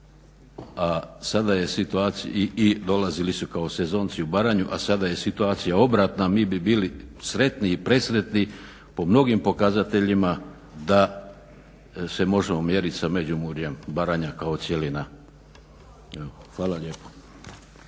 a sada je situacija obratna. Mi bi bili sretni i presretni po mnogim pokazateljima da se možemo mjeriti sa Međimurjem Baranja kao cjelina. Hvala lijepo.